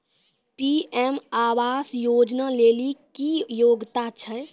PM आवास योजना लेली की योग्यता छै?